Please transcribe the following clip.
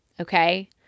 okay